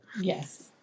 Yes